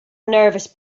nervous